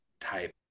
type